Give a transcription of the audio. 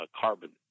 carbon